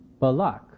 Balak